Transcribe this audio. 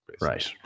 Right